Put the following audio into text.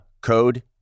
code